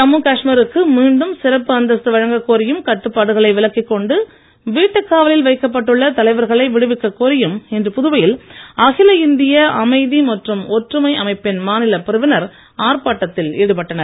ஜம்மு காஷ்மீருக்கு மீண்டும் சிறப்பு அந்தஸ்து வழங்க கோரியும் கட்டுப்பாடுகளை விலக்கி கொண்டு வீட்டுக் காவலில் வைக்கப்பட்டுள்ள தலைவர்களை விடுவிக்க கோரியும் இன்று புதுவையில் அகில இந்திய அமைதி மற்றும் ஒற்றுமை அமைப்பின் மாநில பிரிவினர் ஆர்ப்பாட்டத்தில் ஈடுபட்டனர்